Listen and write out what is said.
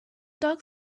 dog